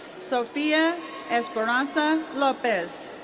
sophia esparanza lopez